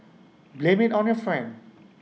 blame IT on your friend